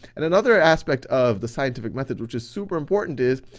and another aspect of the scientific method which is super important is,